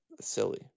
Silly